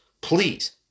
please